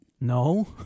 No